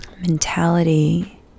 mentality